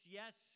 yes